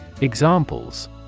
Examples